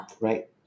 right